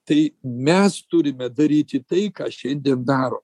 tai mes turime daryti tai ką šiandien daro